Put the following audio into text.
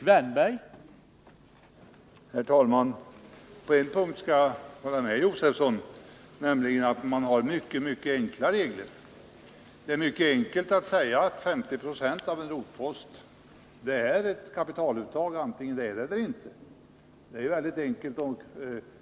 Herr talman! På en punkt skall jag hålla med Stig Josefson, nämligen när han säger att vi har mycket enkla regler. Det är mycket enkelt att säga att 50 90 av en rotpost är ett kapitaluttag vare sig det är det eller inte.